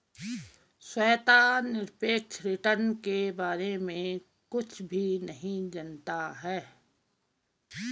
श्वेता निरपेक्ष रिटर्न के बारे में कुछ भी नहीं जनता है